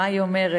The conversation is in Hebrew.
מה היא אומרת?